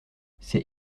c’est